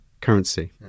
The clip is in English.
currency